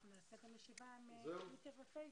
נקיים ישיבה גם עם הפייסבוק.